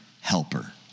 helper